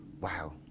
Wow